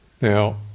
Now